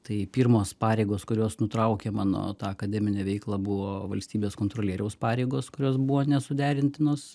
tai pirmos pareigos kurios nutraukė mano tą akademinę veiklą buvo valstybės kontrolieriaus pareigos kurios buvo nesuderintinos